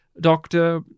doctor